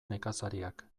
nekazariak